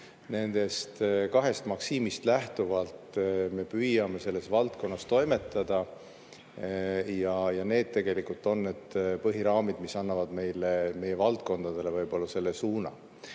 Nendest kahest maksiimist lähtuvalt me püüame selles valdkonnas toimetada ja need on tegelikult põhiraamid, mis annavad meie valdkondadele suuna.